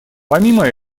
помимо